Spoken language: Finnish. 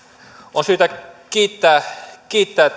on syytä kiittää kiittää